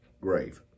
grave